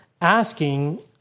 asking